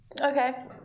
Okay